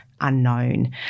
unknown